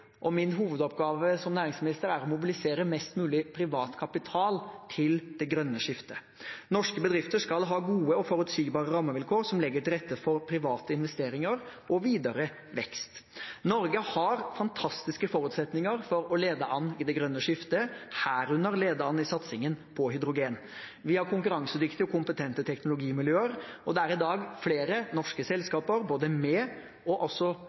Min hovedoppgave som næringsminister er å mobilisere mest mulig privat kapital til det grønne skiftet. Norske bedrifter skal ha gode og forutsigbare rammevilkår som legger til rette for private investeringer og videre vekst. Norge har fantastiske forutsetninger for å lede an i det grønne skiftet, herunder lede an i satsingen på hydrogen. Vi har konkurransedyktige og kompetente teknologimiljøer, og det er i dag flere norske selskaper, både med og